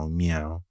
meow